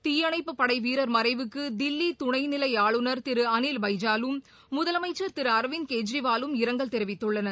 தீயணைப்பு படை வீரர் மறைவுக்கு தில்லி துணைநிலை ஆளுநர் திரு அளில் எபஜாலும் முதலமைச்சர் திரு அரவிந்த் கெஜ்ரிவாலும் இரங்கல் தெரிவித்துள்ளனர்